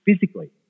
Physically